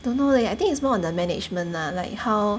don't know leh I think it's more on the management lah like how